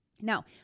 Now